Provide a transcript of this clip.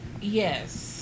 Yes